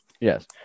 Yes